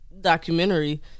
documentary